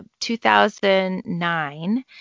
2009